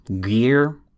gear